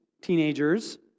teenagers